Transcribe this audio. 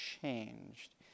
changed